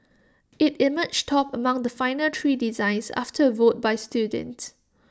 IT emerged top among the final three designs after A vote by students